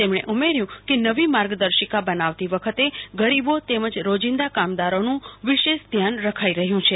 તેમણે ઉમેર્યં કે નવી માર્ગદર્શિકા બનાવતી વખતે ગરીબો તેમજ રોજિંદા કામદારોનું વિશેષ ધ્યાન રખાઈ રહ્યું છે